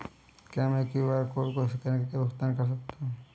क्या मैं QR code को स्कैन करके भुगतान कर सकता हूं?